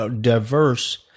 diverse